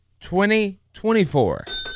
2024